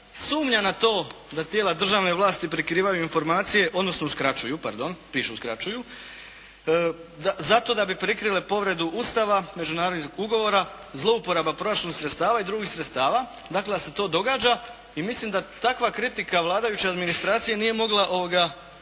sumnja na to da tijela državne vlasti prikrivaju informacije, odnosno uskraćuju pardon, piše uskraćuju zato da bi prikrile povredu Ustava, međunarodnih ugovora, zlouporaba proračunskih sredstava i drugih sredstava, dakle da se to događa i mislim da takva kritika vladajuće administracije nije mogla bolje opisati